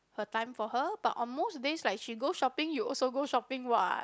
her time for her but on most days like she go shopping you also go shopping what